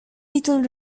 little